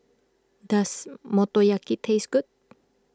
does Motoyaki taste good